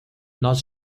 nós